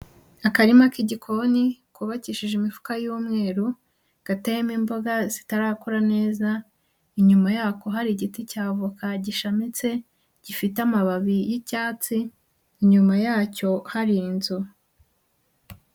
Akarima k'igikoni kubakishije imifuka y'umweru, gateyemo imboga zitarakura neza, inyuma yako hari igiti cya avoka gishamitse, gifite amababi y'icyatsi inyuma yacyo hari inzu.